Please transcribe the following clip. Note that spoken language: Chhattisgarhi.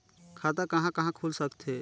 खाता कहा कहा खुल सकथे?